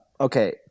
Okay